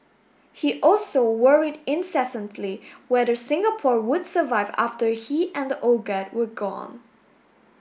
he also worried incessantly whether Singapore would survive after he and the old guard were gone